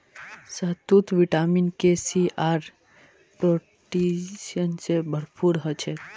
शहतूत vitamin K, C आर potassium से भरपूर ह छे